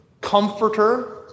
comforter